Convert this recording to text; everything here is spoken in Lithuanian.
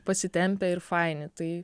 pasitempę ir faini tai